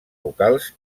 locals